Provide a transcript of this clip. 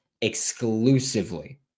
exclusively